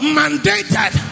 mandated